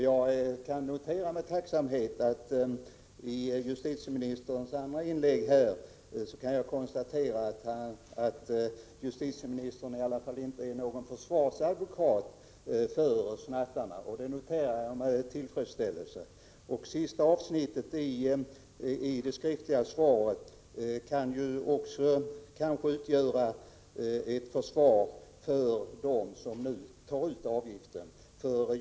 Jag noterar med tacksamhet och tillfredsställelse att justitieministern i sitt andra inlägg i alla fall inte är någon försvarsadvokat för snattarna. Det sista avsnittet i det skriftliga svaret kan kanske också utgöra ett försvar för dem som nu tar ut avgifter.